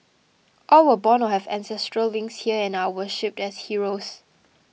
all were born or have ancestral links here and are worshipped as heroes